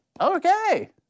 Okay